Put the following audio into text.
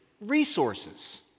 resources